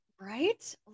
Right